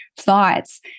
thoughts